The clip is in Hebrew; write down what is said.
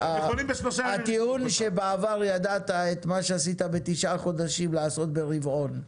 הטיעון שבעבר ידעת את מה שעשית בתשעה חודשים לעשות ברבעון,